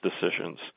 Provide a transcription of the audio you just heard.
decisions